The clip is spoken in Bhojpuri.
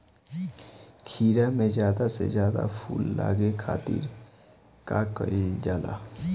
खीरा मे ज्यादा से ज्यादा फूल लगे खातीर का कईल जाला?